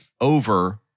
over